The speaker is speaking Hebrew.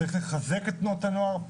צריך לחזק את תנועות הנוער,